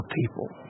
people